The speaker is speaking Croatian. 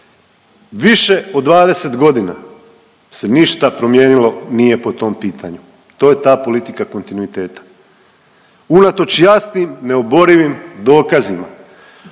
više od 20 godina se ništa promijenilo nije po tom pitanju. To je ta politika kontinuiteta. Unatoč jasnim, neoborivim dokazima,